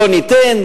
לא ניתן,